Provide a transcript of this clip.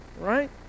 right